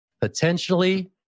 potentially